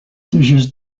dishes